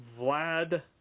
Vlad